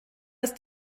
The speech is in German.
ist